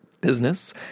business